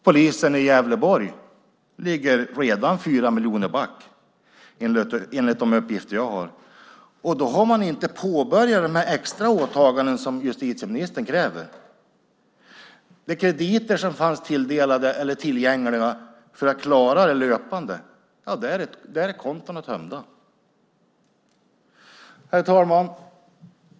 Polisen i Gävleborg ligger redan 4 miljoner back, enligt de uppgifter jag har. Då har man inte påbörjat de extra åtaganden som justitieministern kräver. När det gäller de krediter som fanns tillgängliga för att klara det löpande är kontona tömda. Herr talman!